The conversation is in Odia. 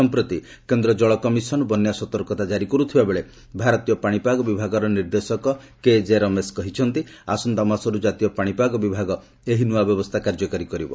ସଂପ୍ରତି କେନ୍ଦ୍ର ଜଳକମିଶନ ବନ୍ୟା ସତର୍କତା ଜାରି କରୁଥିବା ବେଳେ ଭାରତୀୟ ପାଣିପାଗ ବିଭାଗର ନିର୍ଦ୍ଦେଶକ କେଜେ ରମେଶ୍ କହିଛନ୍ତି ଆସନ୍ତା ମାସରୁ ଜାତୀୟ ପାଣିପାଗ ବିଭାଗ ଏହି ନୂଆ ବ୍ୟବସ୍ଥା କାର୍ଯ୍ୟକାରୀ କରିବ